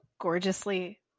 gorgeously